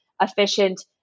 efficient